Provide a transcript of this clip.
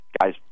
Guys